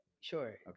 Sure